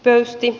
öisti